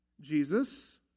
Jesus